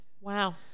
Wow